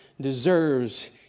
deserves